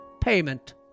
payment